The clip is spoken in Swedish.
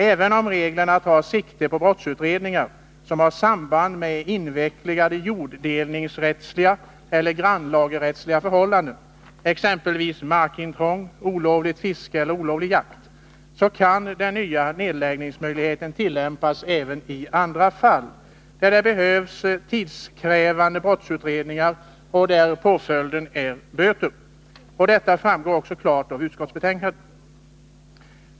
Även om reglerna tar sikte på brottsutredningar som har samband med invecklade jorddelningsrättsliga eller grannelagsrättsliga förhållanden, exempelvis markintrång, olovligt fiske och olovlig jakt, så kan den nya nedläggningsmöjligheten tillämpas även i andra fall, där det behövs tidskrävande brottsutredningar och där påföljden är böter. Detta framgår också klart av utskottsbetänkandet.